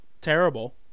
terrible